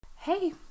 Hey